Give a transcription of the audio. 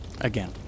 again